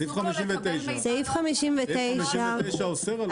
סעיף 59 אוסר עליו.